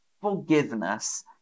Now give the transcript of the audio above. forgiveness